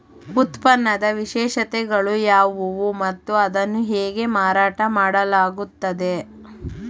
ಉತ್ಪನ್ನದ ವಿಶೇಷತೆಗಳು ಯಾವುವು ಮತ್ತು ಅದನ್ನು ಹೇಗೆ ಮಾರಾಟ ಮಾಡಲಾಗುತ್ತದೆ?